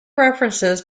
references